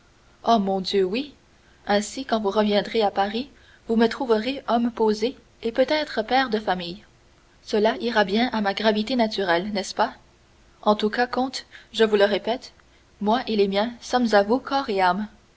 oh mon dieu oui ainsi quand vous reviendrez à paris vous me trouverez homme posé et peut-être père de famille cela ira bien à ma gravité naturelle n'est-ce pas en tout cas comte je vous le répète moi et les miens sommes à vous corps et âme